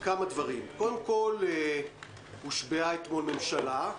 כמה דברים: קודם כול, הושבעה אתמול ממשלה.